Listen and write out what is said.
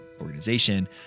organization